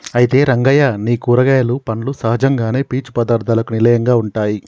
అయితే రంగయ్య నీ కూరగాయలు పండ్లు సహజంగానే పీచు పదార్థాలకు నిలయంగా ఉంటాయి